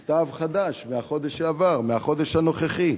זה מכתב חדש מהחודש שעבר, מהחודש הנוכחי.